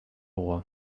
roy